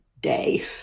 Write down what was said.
day